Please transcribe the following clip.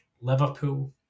Liverpool